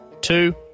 two